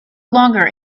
longer